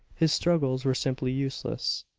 his struggles were simply useless.